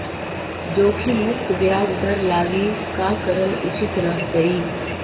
जोखिम मुक्त ब्याज दर लागी का करल उचित रहतई?